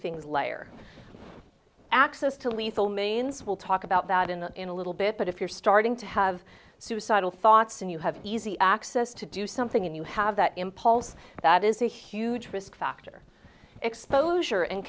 things layer access to lethal means we'll talk about that in in a little bit but if you're starting to have suicidal thoughts and you have easy access to do something and you have that impulse that is a huge risk factor exposure and